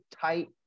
tight